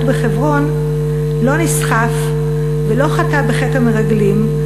בחברון לא נסחף ולא חטא בחטא המרגלים,